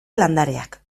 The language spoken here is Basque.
landareak